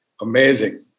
Amazing